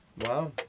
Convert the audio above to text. Wow